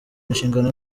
inshingano